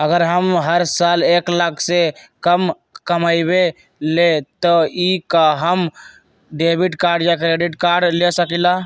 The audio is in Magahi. अगर हम हर साल एक लाख से कम कमावईले त का हम डेबिट कार्ड या क्रेडिट कार्ड ले सकीला?